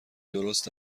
درست